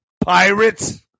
Pirates